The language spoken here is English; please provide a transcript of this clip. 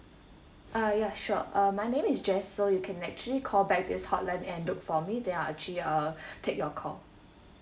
ah ya sure uh my name is jess so you can actually call back this hotline and look for me then I actually uh take your call